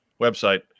website